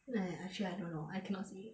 actually I don't know I cannot see